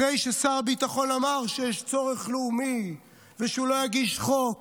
אחרי ששר הביטחון אמר שיש צורך לאומי ושהוא לא יגיש חוק,